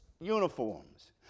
uniforms